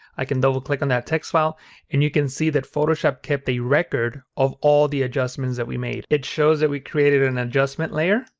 i can double click on that text file and you can see that photoshop kept a record of all the adjustments that we made. it shows that we created an adjustment layer,